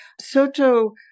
Soto